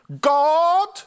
God